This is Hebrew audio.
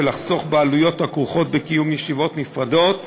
ולחסוך בעלויות הכרוכות בקיום ישיבות נפרדות,